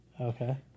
Okay